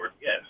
yes